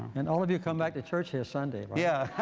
and all of you come back to church here sunday. yeah.